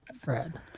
Fred